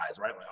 right